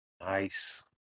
Nice